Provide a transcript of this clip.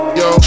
yo